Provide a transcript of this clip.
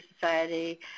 Society